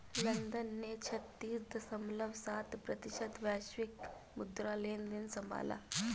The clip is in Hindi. लंदन ने छत्तीस दश्मलव सात प्रतिशत वैश्विक मुद्रा लेनदेन संभाला